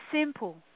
simple